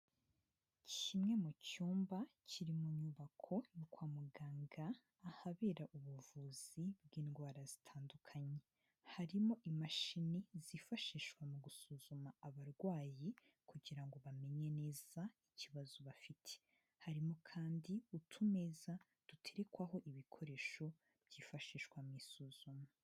Kimwe mu cyumba kiri mu nyubako kwa muganga, ahabera ubuvuzi bw'indwara zitandukanye, harimo imashini zifashishwa mu gusuzuma abarwayi, kugira ngo bamenye neza ikibazo bafite, harimo kandi utumeza duterekwaho ibikoresho byifashishwa mu isuzuma.